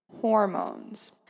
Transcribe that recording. Hormones